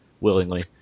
willingly